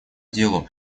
делу